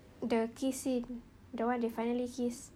the kiss scene the one they finally kissed